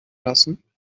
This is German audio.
lassen